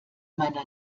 meiner